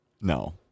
No